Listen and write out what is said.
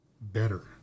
better